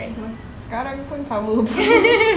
sekarang pun sama pun